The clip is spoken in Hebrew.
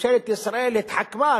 ממשלת ישראל התחכמה,